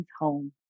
home